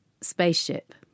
spaceship